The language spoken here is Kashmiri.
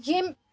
ییٚمۍ